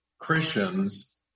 Christians